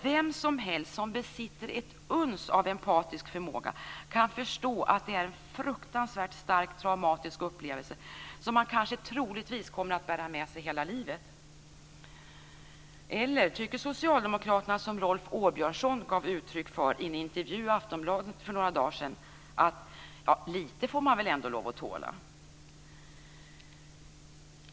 Vem som helst som besitter ett uns av empatisk förmåga kan förstå att det är en fruktansvärt stark traumatisk upplevelse som man troligtvis kommer att bära med sig hela livet. Eller tycker socialdemokraterna, som Rolf Åbjörnsson gav uttryck för i en intervju i Aftonbladet för några dagar sedan, att litet får man väl ändå lov att tåla?